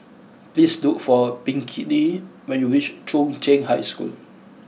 please look for Pinkney when you reach Chung Cheng High School